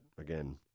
again